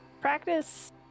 practice